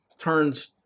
turns